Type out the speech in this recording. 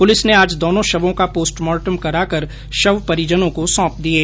police ने आज दोनो शवों का पोस्टमार्टम कराकर शव परिजनों को सौंप दिये